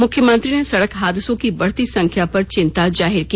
मुख्यमंत्री ने सड़क हादसों की बढ़ती संख्या पर चिंता जाहिर की